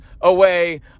away